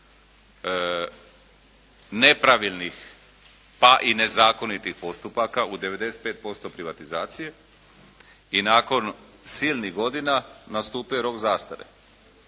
nepravilnih, pa i nezakonitih postupaka u 95% privatizacije i nakon silnih godina nastupio je rok zastare.